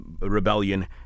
Rebellion